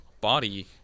body